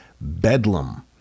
Bedlam